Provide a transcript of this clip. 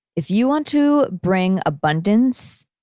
if you want to bring abundance,